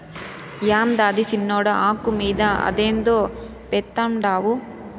యాందది సిన్నోడా, ఆకు మీద అదేందో పెడ్తండావు